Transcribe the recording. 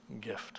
gift